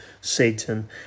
Satan